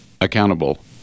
accountable